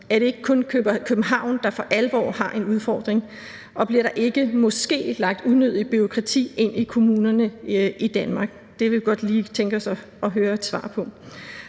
Er det ikke kun København, der for alvor har en udfordring? Bliver der ikke måske lagt unødigt bureaukrati ind i kommunerne i Danmark? Det kunne vi godt lige tænke os at høre et svar på.